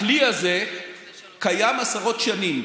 הכלי הזה קיים עשרות שנים.